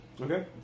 okay